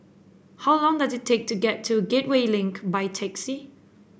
how long does it take to get to Gateway Link by taxi